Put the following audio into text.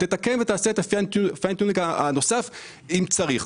ותעשה את התיקון הנוסף אם צריך.